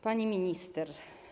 Pani Minister!